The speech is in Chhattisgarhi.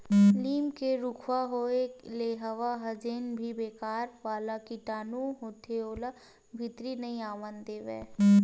लीम के रूखवा होय ले हवा म जेन भी बेकार वाला कीटानु होथे ओला भीतरी नइ आवन देवय